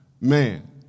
Man